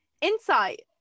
insight